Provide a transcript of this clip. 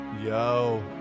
Yo